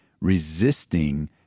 resisting